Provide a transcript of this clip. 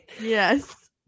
Yes